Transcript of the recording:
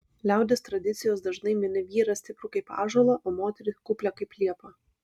liaudies tradicijos dažnai mini vyrą stiprų kaip ąžuolą o moterį kuplią kaip liepą